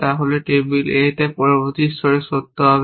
তাহলে table A এর পরবর্তী স্তরে সত্য হবে